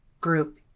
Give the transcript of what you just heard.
group